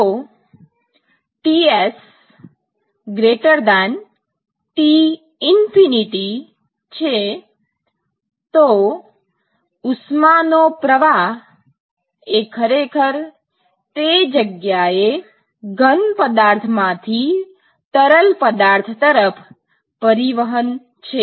જો Ts T∞ છે તો ઉષ્મા નો પ્રવાહ એ ખરેખર તે જગ્યાએ ઘન પદાર્થ માંથી તરલ પદાર્થ તરફ પરિવહન છે